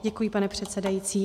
Děkuji, pane předsedající.